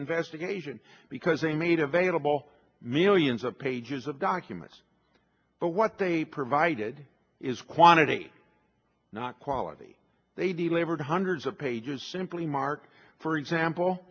investigation because they made available millions of pages of documents but what they provided is quantity not quality they delivered hundreds of pages simply mark for example